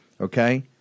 okay